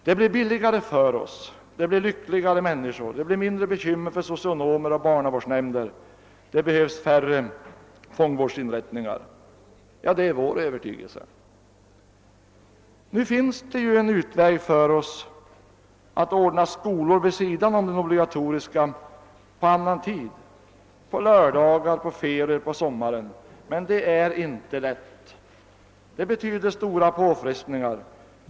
Det blir billigare för oss, det blir lyckligare människor, det blir mindre bekymmer för socionomer och barnavårdsnämnder, det behövs färre fångvårdsinrättningar. Det är vår övertygelse. Nu finns det en utväg för oss, nämligen att ordna skolor vid sidan om den obligatoriska på annan tid: på lördagar, under ferier och på somrarna. Men det är inte lätt. Det betyder stora påfrestningar.